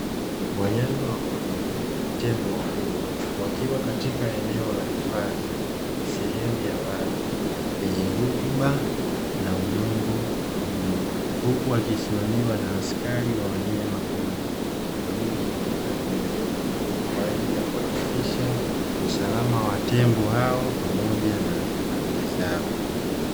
Wanyama wa porini tembo wakubwa wakiwa katika eneo la hifadhi sehemu ya wazi yenye rutuba na udongo mzuri huku akisimamiwa na askari wa wanyamapori waliozunguka eneo hilo. Kwa ajili ya kuhakikisha usalama wa tembo hao pamoja na afya zao.